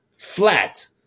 Flat